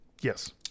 Yes